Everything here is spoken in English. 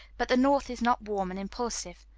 but the north is not warm and impulsive.